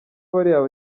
bariya